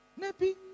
Nappy